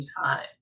time